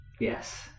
Yes